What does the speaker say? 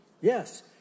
Yes